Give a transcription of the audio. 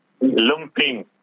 lumping